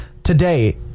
Today